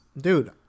dude